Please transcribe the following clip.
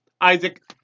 Isaac